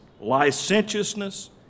licentiousness